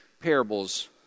parables